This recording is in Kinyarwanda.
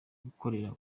gukorera